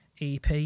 EP